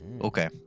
Okay